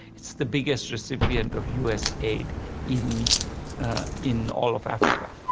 it's the biggest recipient of us aid in in all of africa.